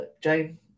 Jane